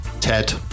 Ted